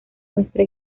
nuestra